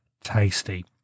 tasty